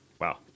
Wow